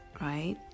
right